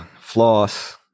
floss